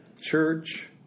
Church